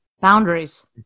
Boundaries